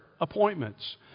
appointments